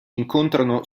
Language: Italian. incontrano